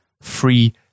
free